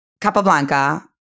Capablanca